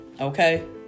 Okay